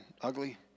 ugly